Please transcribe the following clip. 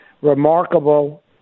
remarkable